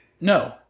No